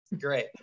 Great